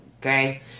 Okay